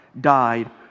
died